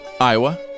Iowa